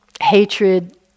hatred